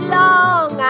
long